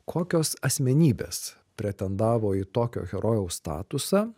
kokios asmenybės pretendavo į tokio herojaus statusą